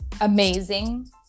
amazing